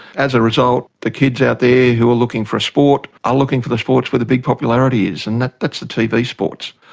as a result the kids out there who are looking for a sport are looking for the sports where the big popularity is, and that's the tv sports.